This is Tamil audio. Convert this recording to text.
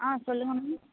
ஆ சொல்லுங்க மேம்